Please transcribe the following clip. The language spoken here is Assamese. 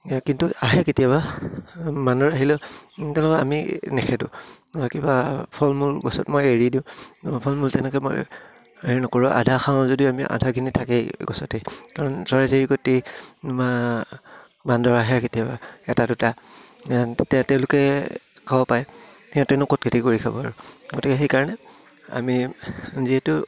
কিন্তু আহে কেতিয়াবা বান্দৰ আহিলেও তেওঁলোকক আমি নেখেদো কিবা ফলমূল গছত মই এৰি দিওঁ ফলমূল তেনেকৈ মই হেৰি নকৰোঁ আধা খাওঁ যদিও আমি আধাখিনি থাকেই গছতেই কাৰণ চৰাই চিৰিকটি বা বান্দৰ আহে কেতিয়াবা এটা দুটা তেতিয়া তেওঁলোকে খাব পায় সিহঁতেনো ক'ত খেতি কৰি খাব আৰু গতিকে সেইকাৰণে আমি যিহেতু